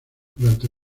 durante